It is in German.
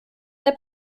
der